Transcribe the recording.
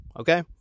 Okay